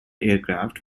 aircraft